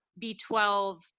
B12